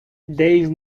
dave